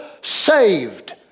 saved